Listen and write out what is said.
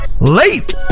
late